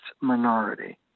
minority